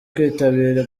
kwitabira